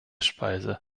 speise